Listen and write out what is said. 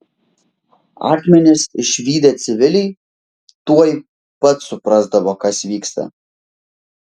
akmenis išvydę civiliai tuoj pat suprasdavo kas vyksta